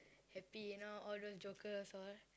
happy you know all those jokers all